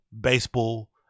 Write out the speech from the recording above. baseball